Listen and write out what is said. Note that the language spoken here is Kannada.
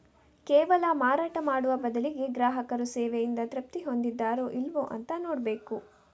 ಕೇವಲ ಮಾರಾಟ ಮಾಡುವ ಬದಲಿಗೆ ಗ್ರಾಹಕರು ಸೇವೆಯಿಂದ ತೃಪ್ತಿ ಹೊಂದಿದಾರೋ ಇಲ್ವೋ ಅಂತ ನೋಡ್ಬೇಕು